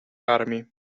armi